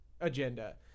agenda